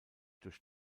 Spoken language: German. durch